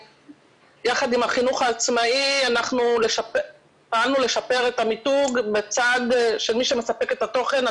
יחד עם החינוך העצמאי פעלנו לשפר את המיתוג בצד של מי שמספק את התוכן,